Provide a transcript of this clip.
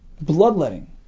bloodletting